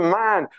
man